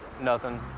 nothing?